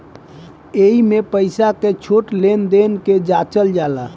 एइमे पईसा के छोट छोट लेन देन के जाचल जाला